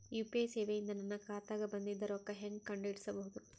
UPI ಸೇವೆ ಇಂದ ನನ್ನ ಖಾತಾಗ ಬಂದಿದ್ದ ರೊಕ್ಕ ಹೆಂಗ್ ಕಂಡ ಹಿಡಿಸಬಹುದು?